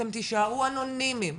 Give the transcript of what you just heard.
אתם תישארו אנונימיים,